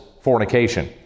fornication